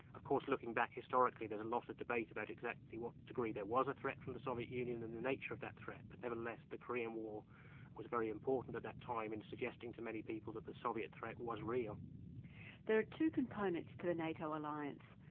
of course looking back historically, there's a lot of debate about exactly what degree there was a threat from the soviet union and the nature of that threat but never the less the korean war was very important at that time in suggesting to many people that the soviet threat was real there are two components to the nato alliance,